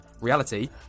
Reality